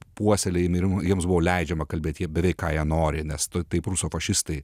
puoselėjami ir jiems buvo leidžiama kalbėt jie beveik ką jie nori nes tu taip rusofašistai